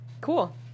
Cool